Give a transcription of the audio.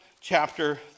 chapter